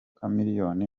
chameleone